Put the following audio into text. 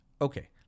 Okay